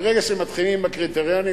ברגע שמתחילים עם הקריטריונים,